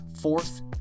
Fourth